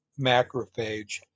macrophage